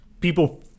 people